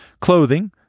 Clothing